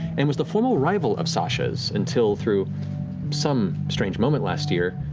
and was the former rival of sasha's until, through some strange moment last year,